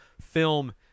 film